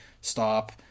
stop